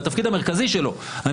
בתפקיד המרכזי שלו,